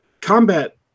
Combat